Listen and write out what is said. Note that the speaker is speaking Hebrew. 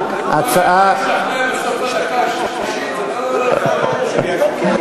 נאמר לי שאין לך זכות לדבר אם אתה רוצה שזאת תהיה הצעה לסדר-היום.